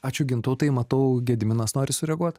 ačiū gintautai matau gediminas nori sureaguot